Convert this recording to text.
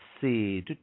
see